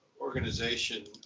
organization